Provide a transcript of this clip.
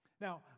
Now